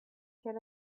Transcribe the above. can